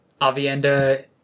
Avienda